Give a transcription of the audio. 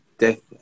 death